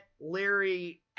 larry